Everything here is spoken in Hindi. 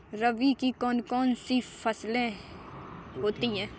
रबी की कौन कौन सी फसलें होती हैं?